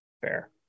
fair